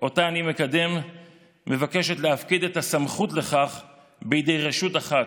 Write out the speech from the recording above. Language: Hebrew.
שאותה אני מקדם מבקשת להפקיד את הסמכות לכך בידי רשות אחת: